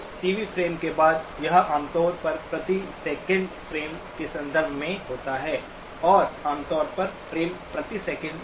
उस TV frame के बाद यह आमतौर पर प्रति सेकंड फ्रेम के संदर्भ में होता है और आमतौर पर फ्रेम प्रति सेकंड